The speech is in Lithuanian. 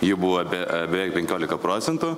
jų buvo beveik penkiolika procentų